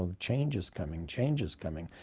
ah change is coming, change is coming.